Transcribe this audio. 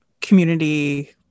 community